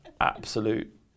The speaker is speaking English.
absolute